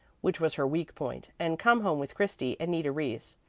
which was her weak point and come home with christy and nita reese,